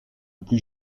plus